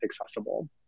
accessible